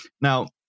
Now